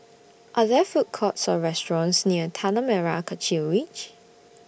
Are There Food Courts Or restaurants near Tanah Merah Kechil Ridge